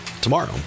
tomorrow